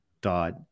died